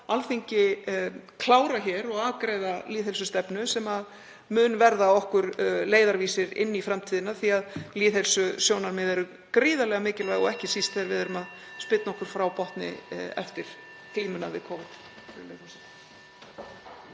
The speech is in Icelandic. Alþingi klára og afgreiða lýðheilsustefnu sem mun verða okkur leiðarvísir inn í framtíðina því að lýðheilsusjónarmið eru gríðarlega mikilvæg (Forseti hringir.) og ekki síst þegar við erum að spyrna okkur frá botni eftir glímuna við Covid.